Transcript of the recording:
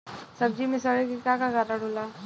सब्जी में सड़े के का कारण होला?